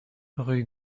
rue